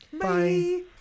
Bye